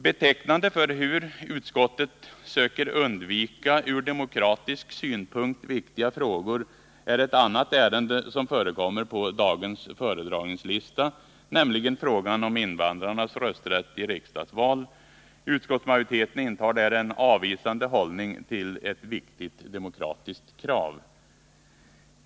Betecknande för hur utskottet söker undvika ur demokratisk synpunkt viktiga frågor är ett annat ärende som förekommer på dagens föredragningslista, nämligen frågan om invandrarnas rösträtt i riksdagsval. Utskottsmajoriteten intar där en avvisande hållning till ett viktigt demokratiskt krav.